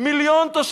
70% ביטחון?